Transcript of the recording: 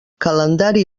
calendari